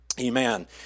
amen